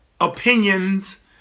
opinions